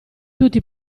tutti